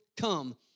come